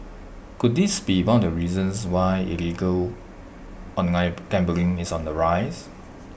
could this be one of the reasons why illegal online gambling is on the rise